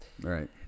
Right